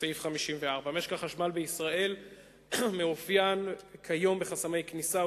סעיף 54. משק החשמל בישראל מאופיין כיום בחסמי כניסה,